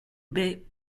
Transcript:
bay